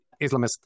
Islamist